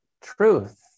truth